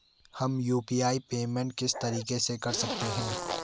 हम UPI payment किस तरीके से कर सकते हैं?